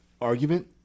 argument